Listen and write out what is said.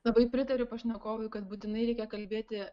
labai pritariu pašnekovui kad būtinai reikia kalbėti